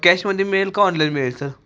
कॅशमध्ये मिळेल का ऑनलाईन मिळेल सर